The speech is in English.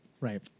Right